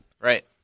right